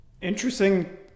interesting